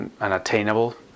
unattainable